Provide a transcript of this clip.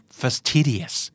fastidious